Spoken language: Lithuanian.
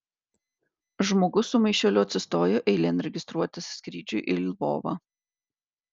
žmogus su maišeliu atsistojo eilėn registruotis skrydžiui į lvovą